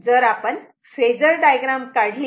जर आपण phasor diagram काढली